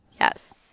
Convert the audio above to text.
Yes